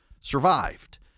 survived